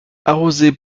arrosée